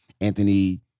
Anthony